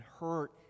hurt